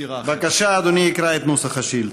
בבקשה, אדוני יקרא את נוסח השאילתה.